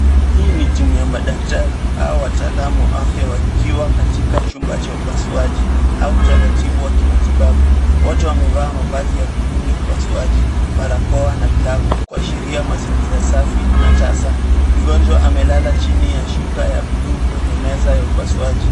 Hii ni timu ya madaktari au watalaamu wa afya wakiwa katika chumba cha upasuaji au utaratibu wa kimatibabu. Wote wamevaa mavazi ya upasuaji, barakoa na glavu kuashiria mazingira safi na tasa. Mgonjwa amelala chini ya shuka ya buluu kwenye meza aga upasuaji.